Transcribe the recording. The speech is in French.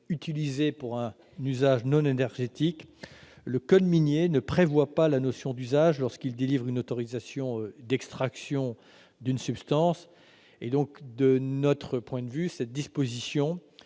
utilisés pour un usage non énergétique. Or le code minier ne prévoit pas la notion d'usage lorsqu'il délivre une autorisation d'extraction d'une substance. De notre point de vue, cette disposition